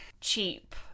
cheap